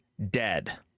dead